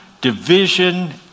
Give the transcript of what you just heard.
division